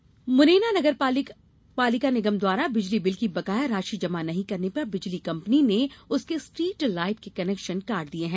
बिजली बिल मुरैना नगर पालिक निगम द्वारा बिजली बिल की बकाया राशि जमा नहीं करने पर बिजली कंपनी ने उसके स्ट्रीट लाइट के कनेक्शन काट दिए हैं